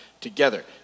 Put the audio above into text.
together